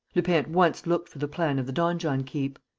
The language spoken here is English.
lupin at once looked for the plan of the donjon-keep.